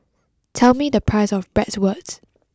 tell me the price of Bratwurst